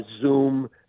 Zoom